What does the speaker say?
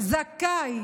זכאי